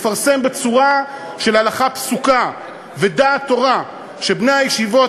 לפרסם בצורה של הלכה פסוקה ו'דעת תורה' שבני הישיבות